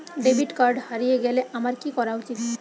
Debit card হারিয়ে গেলে আমার কি করা উচিৎ?